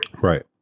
Right